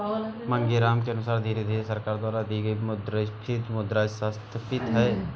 मांगेराम के अनुसार धीरे धीरे सरकार द्वारा की गई मुद्रास्फीति मुद्रा संस्फीति है